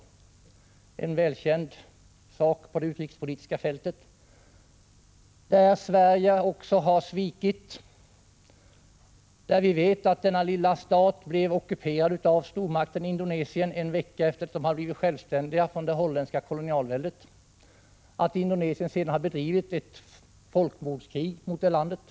Det gäller en välkänd angelägenhet på det utrikespolitiska fältet, där Sverige också har svikit. Vi vet att denna lilla stat blev ockuperad av stormakten Indonesien en vecka efter det att den hade lämnat det holländska kolonialväldet och blivit självständig samt att Indonesien därefter har bedrivit ett folkmordskrig mot det landet.